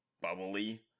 bubbly